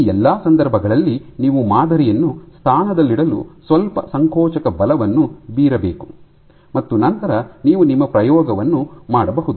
ಈ ಎಲ್ಲಾ ಸಂದರ್ಭಗಳಲ್ಲಿ ನೀವು ಮಾದರಿಯನ್ನು ಸ್ಥಾನದಲ್ಲಿಡಲು ಸ್ವಲ್ಪ ಸಂಕೋಚಕ ಬಲವನ್ನು ಬೀರಬೇಕು ಮತ್ತು ನಂತರ ನೀವು ನಿಮ್ಮ ಪ್ರಯೋಗವನ್ನು ಮಾಡಬಹುದು